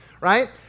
right